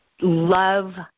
love